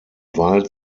wald